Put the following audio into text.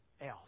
else